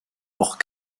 hors